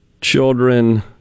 children